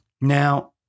Now